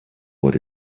what